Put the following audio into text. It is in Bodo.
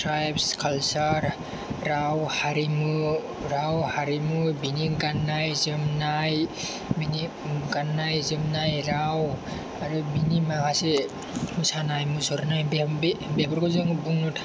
कालसार राव हारिमु बिनि गाननाय जोमनाय राव आरो बिनि माखासे मोसानाय मुसुरनाय बेफोरखौ जों बुंनो